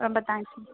ரொம்ப தேங்க்ஸ்